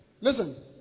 Listen